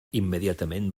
immediatament